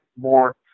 more